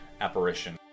apparition